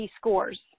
scores